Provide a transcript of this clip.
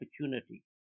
opportunity